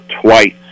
twice